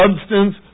substance